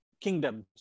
kingdoms